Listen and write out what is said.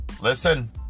Listen